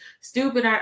stupid